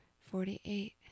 forty-eight